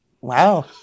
Wow